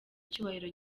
icyubahiro